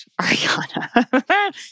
Ariana